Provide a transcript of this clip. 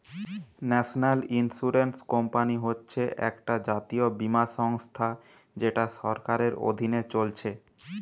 national insurance company হচ্ছে একটা জাতীয় বীমা সংস্থা যেটা সরকারের অধীনে চলছে